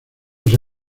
los